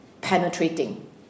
penetrating